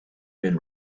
been